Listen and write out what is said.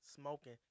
smoking